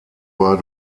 war